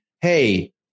hey